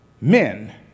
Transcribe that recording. men